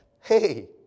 Hey